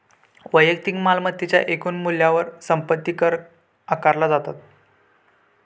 वैयक्तिक मालमत्तेच्या एकूण मूल्यावर संपत्ती कर आकारला जाता